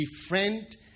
befriend